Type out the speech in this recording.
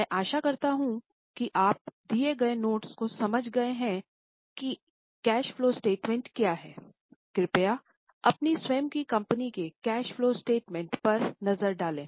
मैं आशा करता हूँ कि आप दिए गए नोट्स को समझ गए हैं कि कैश फलो स्टेटमेंट क्या है कृपया अपनी स्वयं की कंपनी के कैश फलो स्टेटमेंट पर एक नज़र डालें